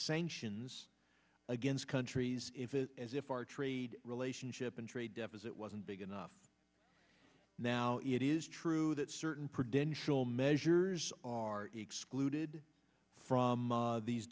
sanctions against countries if it as if our trade relationship and trade deficit wasn't big enough now it is true that certain prevention measures are excluded from these